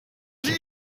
sie